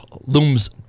looms